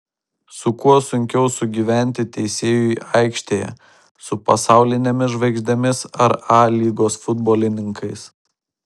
su kuo sunkiau sugyventi teisėjui aikštėje su pasaulinėmis žvaigždėmis ar a lygos futbolininkais